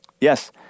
Yes